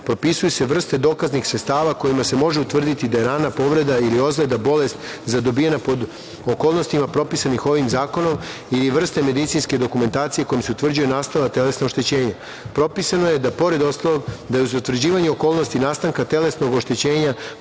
propisuju se vrste dokaznih sredstava kojima se može utvrditi da je rana povreda ili ozleda bolest zadobijena pod okolnostima propisanih ovim zakonom ili vrste medicinske dokumentacije kojom se utvrđuju nastala telesna oštećenja, propisano je da pored ostalog da je za utvrđivanje okolnosti nastanka telesnog oštećenja